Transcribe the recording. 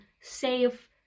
safe